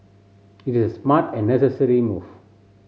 it is a smart and necessary move